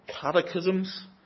catechisms